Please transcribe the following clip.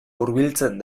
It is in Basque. hurbiltzen